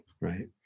right